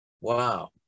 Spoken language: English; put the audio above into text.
wow